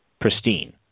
pristine